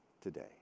today